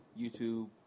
YouTube